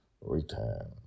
Return